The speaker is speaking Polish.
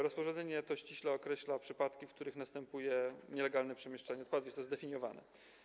Rozporządzenie ściśle określa przypadki, w których następuje nielegalne przemieszczenie odpadów, jest to zdefiniowane.